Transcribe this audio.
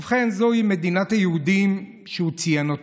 ובכן, זוהי מדינת היהודים שהוא ציין.